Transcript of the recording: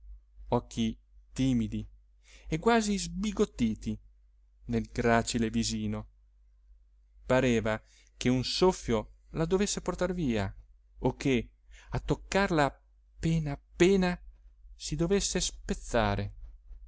occhi timidi e quasi sbigottiti nel gracile visino pareva che un soffio la dovesse portar via o che a toccarla appena appena si dovesse spezzare